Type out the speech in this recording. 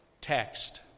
text